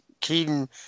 Keaton